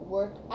Work